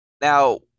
Now